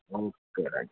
okay right